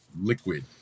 liquid